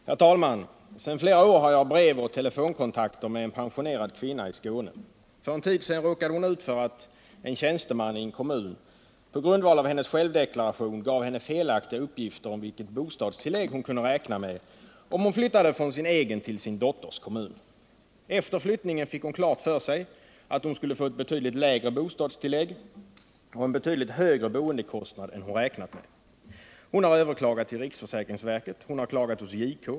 Herr talman! Sedan flera år har jag brevoch telefonkontakter med en pensionerad kvinna i Skåne. För en tid sedan råkade hon ut för att en tjänsteman i en kommun på grundval av hennes självdeklaration gav henne felaktiga uppgifter om vilket bostadstillägg hon kunde räkna med om hon flyttade från sin egen till sin dotters kommun. Efter flyttningen fick hon klart för sig att hon skulle få en betydligt högre boendekostnad än hon räknat med. Hon har överklagat till riksförsäkringsverket, hon har klagat hos JK.